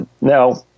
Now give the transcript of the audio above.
Now